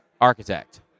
architect